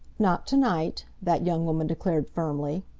not to-night, that young woman declared firmly.